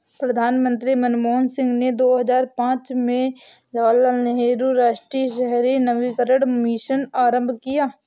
प्रधानमंत्री मनमोहन सिंह ने दो हजार पांच में जवाहरलाल नेहरू राष्ट्रीय शहरी नवीकरण मिशन आरंभ किया